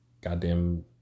goddamn